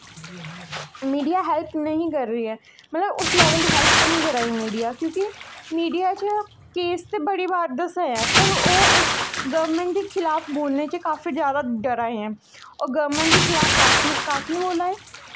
media help नहीं कर रही ऐ मतलब उस लैवल दी हैल्प हैन्नी करा दी मीडिया क्यूंकि मीडिया च केस ते बड़ी बार दसदे ऐं पर ओह् उस गौरमैंट दे खिलाफ बोलने च काफी जादा डरा दे ऐं ओह् गौरमैंट दे खलाफ कक्ख निं कक्ख निं बोल्ला दे